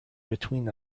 between